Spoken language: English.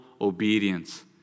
obedience